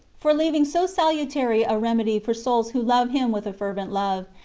for leaving so salutary a remedy for souls who love him with a fervent love,